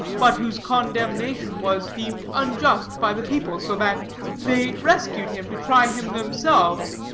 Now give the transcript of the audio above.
but whose condemnation was deemed unjust by the people, so that they rescued him to try him themselves